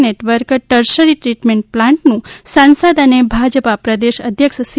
network tertiary treatment પ્લાન્ટનું સાંસદ અને ભાજપ પ્રદેશ અધ્યક્ષ સી